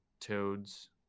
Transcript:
toads